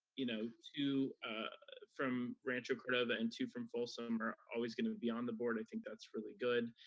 you know, two from rancho cordova and two from folsom are always gonna be on the board, i think that's really good.